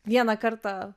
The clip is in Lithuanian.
vieną kartą